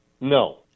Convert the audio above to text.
No